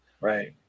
Right